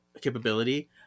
capability